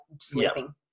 sleeping